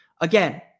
Again